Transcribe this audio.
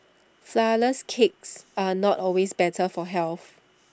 Flourless Cakes are not always better for health